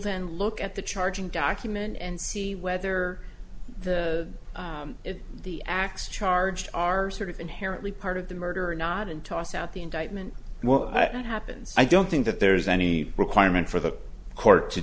then look at the charging document and see whether the if the acts charged are sort of inherently part of the murder or not and toss out the indictment well that happens i don't think that there's any requirement for the court to